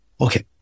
Okay